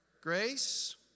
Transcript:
grace